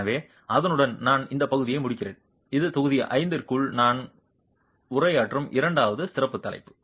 எனவே அதனுடன் நான் இந்த பகுதியை முடிக்கிறேன் இது தொகுதி 5 க்குள் நான் உரையாற்றும் இரண்டாவது சிறப்பு தலைப்பு